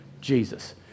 Jesus